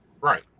Right